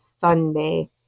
sunday